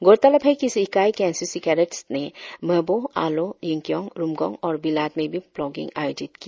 गौरतलब है कि इस इकाई के एन सी सी कैडेट्स ने मेबो आलो यिंगक्योंग रुमगोंग और बिलाट में भी प्लोगिंग आयोजित की